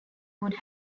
would